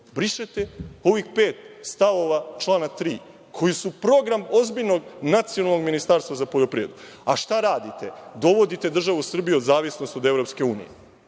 Brišete ovih pet stavova člana 3. koji su program ozbiljnog nacionalnog Ministarstva za poljoprivredu, a šta radite? Dovodite državu Srbiju u zavisnost od EU